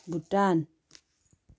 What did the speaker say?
Bhutan